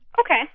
Okay